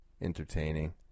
Entertaining